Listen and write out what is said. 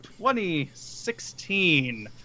2016